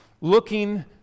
looking